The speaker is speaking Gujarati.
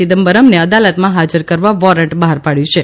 ચિદમ્બરમને અદાલતમાં હાજર કરવા વોરન્ટ બહાર પાડ્યું છે